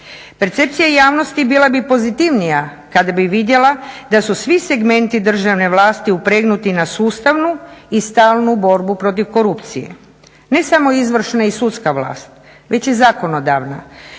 Percepcija javnosti bila bi pozitivnija kada bi vidjela da su svi segmenti državne vlasti upregnuti na sustavnu i stalnu borbu protiv korupcije. Ne samo izvršna i sudska vlast već i zakonodavna.